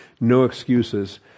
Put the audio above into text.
no-excuses